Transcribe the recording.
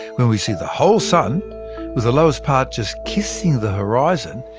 when we see the whole sun with the lowest part just kissing the horizon,